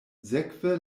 sekve